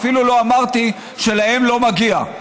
אפילו לא אמרתי שלהם לא מגיע,